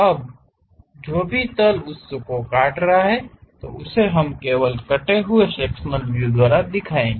अब जो भी तल उस हिस्से को काटता है उसे हम केवल कटे हुए सेक्शनल व्यू द्वारा दिखाएंगे